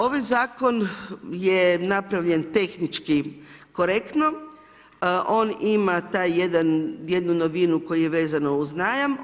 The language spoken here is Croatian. Ovim zakon je napravljen tehnički korektno, on ima taj jednu novinu koja je vezano uz najam.